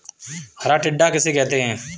हरा टिड्डा किसे कहते हैं?